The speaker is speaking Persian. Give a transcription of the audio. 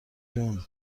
جون